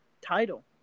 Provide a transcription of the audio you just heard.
title